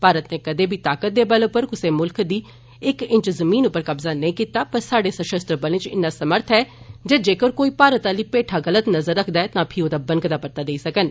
भारत नै कदे बी ताकत दे बल पर कुसै मुल्ख दी इक इंच जमीन पर कब्जा नेंई कीता पर साड़े सशस्त्रबलै च इन्ना समर्थ ऐ जे जेकर कोई भारत आली पेठा गलत नज़र रक्खदा ऐ तां फ्ही ओदा बनकदा परता देई सकन